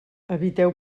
eviteu